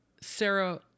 Sarah